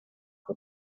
fue